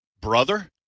brother